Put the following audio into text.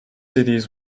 cities